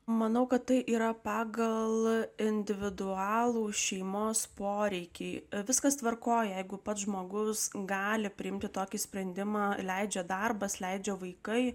manau kad tai yra pagal individualų šeimos poreikį viskas tvarkoje jeigu pats žmogus gali priimti tokį sprendimą leidžia darbas leidžia vaikai